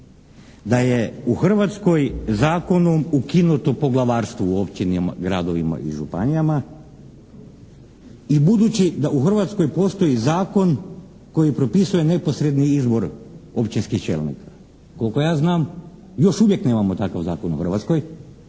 da je u Hrvatskoj zakonom ukinuto poglavarstvo u općinama, gradovima i županijama i budući da u Hrvatskoj postoji zakon koji propisuje neposredni izbor općinskih čelnika. Kol'ko ja znam još uvijek nemamo takav zakon u Hrvatskoj